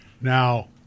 now